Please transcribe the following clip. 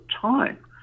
time